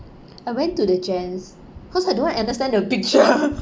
I went to the gents cause I don't know understand the picture